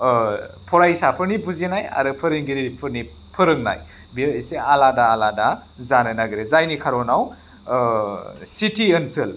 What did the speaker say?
फरायसाफोरनि बुजिनाय आरो फोरोंगिरिफोरनि फोरोंनाय बेयो एसे आलादा आलादा जानो नागिरो जायनि खारनाव सिटि ओनसोल